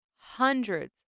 hundreds